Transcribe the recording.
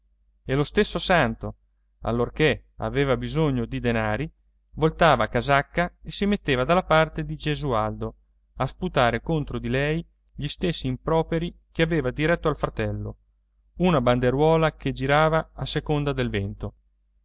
e lo stesso santo allorchè aveva bisogno di denari voltava casacca e si metteva dalla parte di gesualdo a sputare contro di lei gli stessi improperi che aveva diretto al fratello una banderuola che girava a seconda del vento